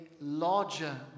larger